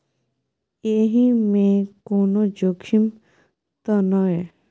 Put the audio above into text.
एहि मे कोनो जोखिम त नय?